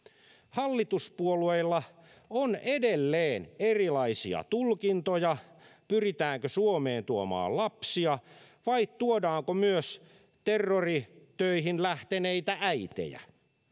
hallituspuolueilla on edelleen erilaisia tulkintoja siitä pyritäänkö suomeen tuomaan lapsia vai tuodaanko myös terroritöihin lähteneitä äitejä